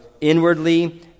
inwardly